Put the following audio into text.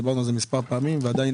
דיברנו על כך מספר פעמים ועדיין